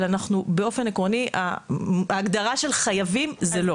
אבל באופן עקרוני ההגדרה של חייבים זה לא.